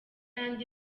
andi